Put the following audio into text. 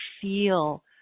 feel